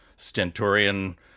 stentorian